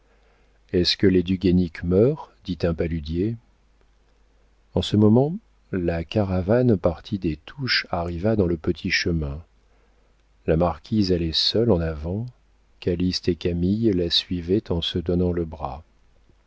est-ce que les du guénic meurent dit un paludier en ce moment la caravane partie des touches arriva dans le petit chemin la marquise allait seule en avant calyste et camille la suivaient en se donnant le bras